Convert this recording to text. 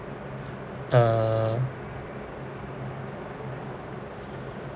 uh